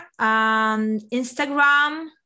Instagram